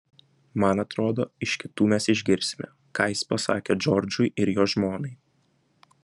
man atrodo iš kitų mes išgirsime ką jis pasakė džordžui ir jo žmonai